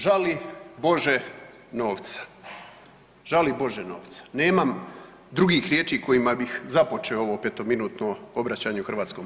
Žali Bože novca, žali Bože novca, nemam drugih riječi kojima bih započeo ovo 5-to minutno obraćanje u HS.